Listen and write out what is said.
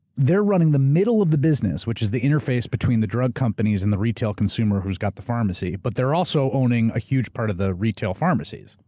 they're running the middle of the business, which is the interface between the drug companies and the retail consumer who's got the pharmacy, but they're also owning a huge part of the retail pharmacies.